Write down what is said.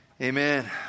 Amen